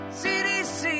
cdc